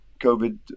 COVID